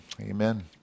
amen